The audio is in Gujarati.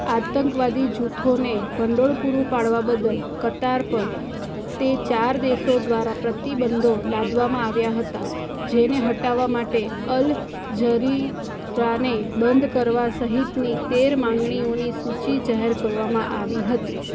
આતંકવાદી જૂથોને ભંડોળ પૂરું પાડવા બદલ કતાર પર તે ચાર દેશો દ્વારા પ્રતિબંધો લાદવામાં આવ્યા હતા જેને હટાવવા માટે અલ ઝઝીરાને બંધ કરવા સહિતની તેર માંગણીઓની સૂચિ જાહેર કરવામાં આવી હતી